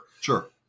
Sure